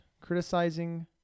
criticizing